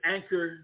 Anchor